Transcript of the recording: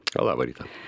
labą rytą